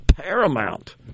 paramount